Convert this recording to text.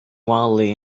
wildly